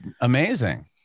amazing